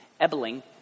Ebeling